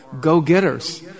go-getters